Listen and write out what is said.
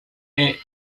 est